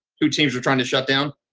two teams are trying to shut down.